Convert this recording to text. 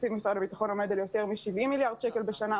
תקציב משרד הביטחון עומד על יותר מ-70 מיליארד שקל בשנה.